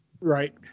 Right